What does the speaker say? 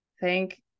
thank